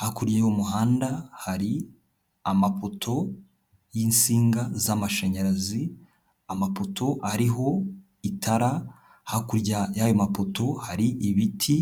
hakurya y'umuhanda hari amapoto y'insinga z'amashanyarazi, amapoto ariho itara, hakurya y'ayo mapoto hari ibiti.